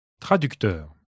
Traducteur